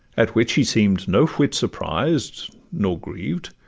at which he seem'd no whit surprised nor grieved,